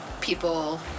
people